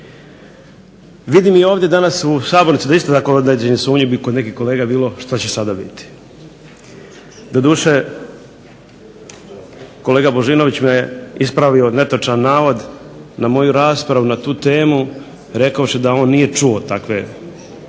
Vidim i ovdje danas u sabornici da će isto tako biti određenih sumnji kod nekih kolega što će sada biti. Doduše kolega Božinović me ispravio na netočan navod na moju raspravu na tu temu rekavši da on nije čuo takve